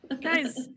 Guys